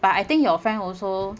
but I think your friend also